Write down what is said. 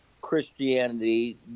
Christianity